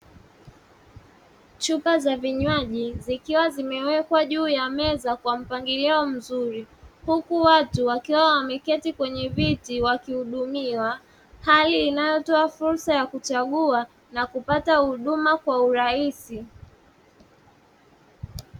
Chupa za vinywaji zikiwa zimewekwa juu ya meza kwa mpangilio mzuri, huku watu wakiwa wameketi kwenye viti wakihudumiwa, hali inayotoa fursa ya kuchagua na kupata huduma kwa urahisi.